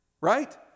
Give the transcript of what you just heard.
Right